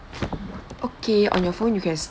okay on your phone you can